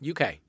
UK